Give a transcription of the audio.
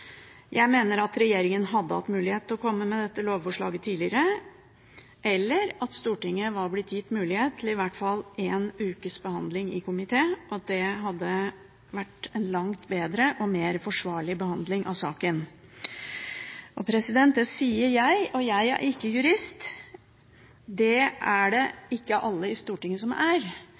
Jeg mener at regjeringen hadde hatt mulighet til å komme med dette lovforslaget tidligere, eller at Stortinget var blitt gitt mulighet til i hvert fall en ukes behandling i komité. Det hadde vært en langt bedre og mer forsvarlig behandling av saken. Det sier jeg, og jeg er ikke jurist. Det er det ikke alle i Stortinget som er,